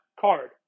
card